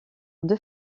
deux